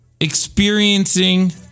experiencing